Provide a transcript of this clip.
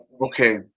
Okay